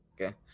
Okay